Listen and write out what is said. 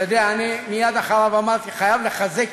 אתה יודע, אני מייד אחריו אמרתי, אני חייב לחזק